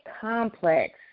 Complex